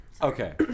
Okay